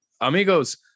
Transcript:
Amigos